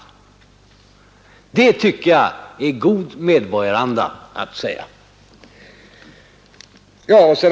Det tycker jag är god medborgaranda att säga.